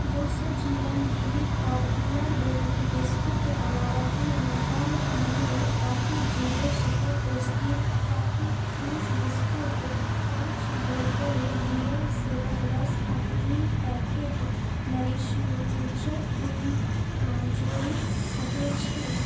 दू सए G M B B popular bakery biscuit के अलावा की अहाँ पौन kilo coffee Jio super tasty coffee thins biscuit पाँच बोतल रियल सेबक रस आ तीन पैकेट नरिश यु उजर कुइन आ जोड़ि सकैत छी